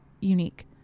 unique